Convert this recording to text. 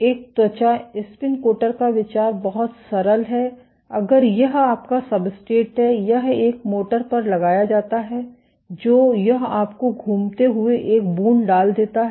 एक त्वचा spin coater का विचार बहुत सरल है अगर यह आपका सब्सट्रेट है यह एक मोटर पर लगाया जाता है जो यह आपको घूमते हुए एक बूंद डाल देता है